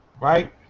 right